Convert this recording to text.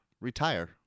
retire